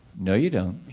no you don't,